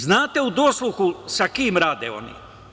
Znate u dosluhu sa kim rade oni?